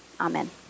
Amen